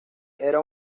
era